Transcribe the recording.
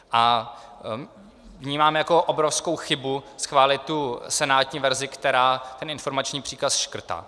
A vnímáme jako obrovskou chybu schválit senátní verzi, která informační příkaz škrtá.